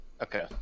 Okay